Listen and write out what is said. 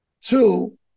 Two